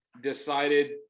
decided